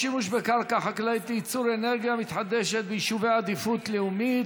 שימוש בקרקע חקלאית לייצור אנרגיה מתחדשת ביישובי עדיפות לאומית),